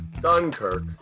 Dunkirk